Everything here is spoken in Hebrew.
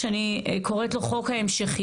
שאני קוראת לו חוק ההמשכיות,